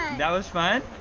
and that was fun?